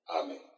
amen